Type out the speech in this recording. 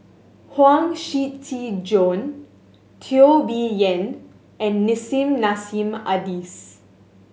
Huang Shiqi Joan Teo Bee Yen and Nissim Nassim Adis